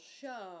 show